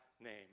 name